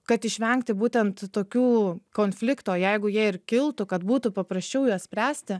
kad išvengti būtent tokių konfliktų o jeigu jie ir kiltų kad būtų paprasčiau juos spręsti